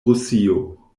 rusio